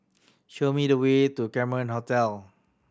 show me the way to Cameron Hotel